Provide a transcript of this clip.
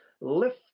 lift